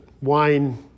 wine